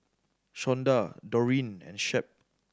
Shonda Doreen and Shep